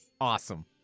Awesome